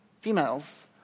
females